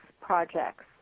projects